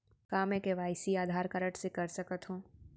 का मैं KYC Aadhaar card से कर सकत हो?